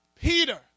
Peter